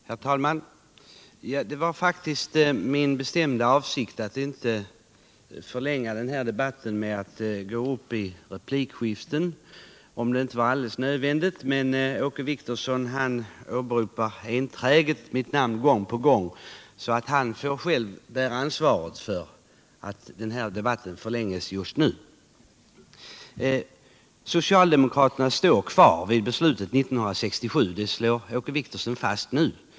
Herr talman! Det var faktiskt min bestämda avsikt att inte förlänga 16 december 1977 denna debatt med att gå upp i replikskiften, om det inte var alldeles nödvändigt, men Åke Wictorsson åberopade enträget mitt namn gång på gång, så han får själv bära ansvaret för att denna debatt förlängs just nu. Socialdemokraterna står kvar vid beslutet 1967. Det slår Åke Wictorsson fast nu.